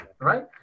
right